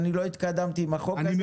אם אני לא התקדמתי עם החוק הזה,